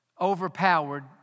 overpowered